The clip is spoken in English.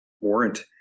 warrant